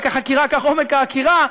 כעומק החקירה כך עומק העקירה,